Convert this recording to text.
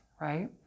Right